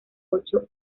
ocho